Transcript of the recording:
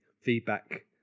feedback